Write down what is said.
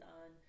on